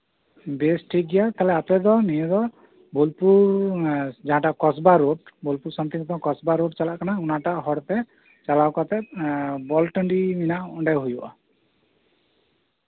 ᱵᱮᱥ ᱴᱷᱤᱠᱜᱮᱭᱟ ᱛᱟᱞᱦᱮ ᱟᱯᱮ ᱫᱚ ᱱᱤᱭᱟᱹ ᱫᱚ ᱵᱳᱞᱯᱩᱨ ᱡᱟᱦᱟᱸᱴᱟᱜ ᱠᱚᱥᱵᱟ ᱨᱳᱰ ᱮᱸᱜ ᱵᱳᱞᱯᱩᱨ ᱥᱟᱱᱛᱤᱱᱤᱠᱮᱛᱚᱱ ᱠᱚᱥᱵᱟ ᱨᱳᱰ ᱪᱟᱞᱟᱜ ᱠᱟᱱᱟ ᱚᱱᱟᱴᱟᱜ ᱦᱚᱨ ᱛᱮ ᱪᱟᱞᱟᱣ ᱠᱟᱛᱮ ᱵᱚᱞ ᱴᱟᱸᱰᱤ ᱢᱮᱱᱟᱜᱼᱟ ᱚᱸᱰᱮ ᱦᱩᱭᱩᱜᱼᱟ